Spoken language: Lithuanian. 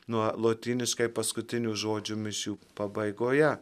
nuo lotyniškai paskutinių žodžių mišių pabaigoje